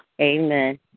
Amen